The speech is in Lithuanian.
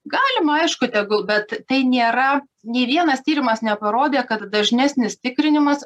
galima aišku tegul bet tai nėra nei vienas tyrimas neparodė kad dažnesnis tikrinimas